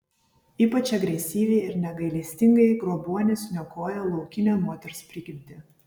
ypač agresyviai ir negailestingai grobuonis niokoja laukinę moters prigimtį